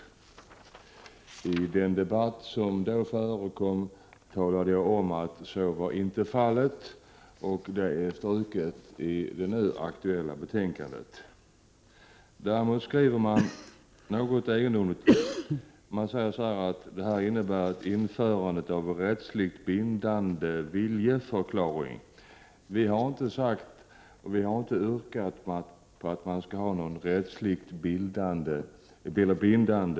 Men i den debatt som då förekom talade jag om att så inte var fallet. I det nu aktuella betänkandet står det därför ingenting om det. Däremot skriver utskottet, och det är något egendomligt, att det här handlar om ett införande av en rättsligt bindande viljeförklaring. Men vi har inte yrkat på ett införande av någon sådan förklaring.